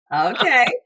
Okay